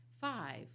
five